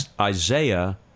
Isaiah